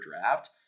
draft